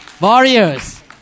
Warriors